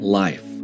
life